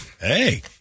hey